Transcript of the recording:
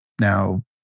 now